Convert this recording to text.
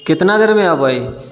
कितना देरमे अबै